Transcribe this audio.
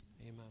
Amen